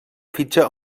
fitxa